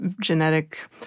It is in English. genetic